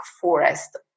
forest